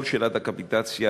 וכל שאלת הקפיטציה,